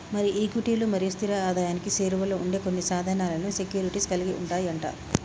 మరి ఈక్విటీలు మరియు స్థిర ఆదాయానికి సేరువలో ఉండే కొన్ని సాధనాలను సెక్యూరిటీస్ కలిగి ఉంటాయి అంట